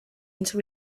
into